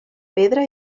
pedra